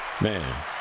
Man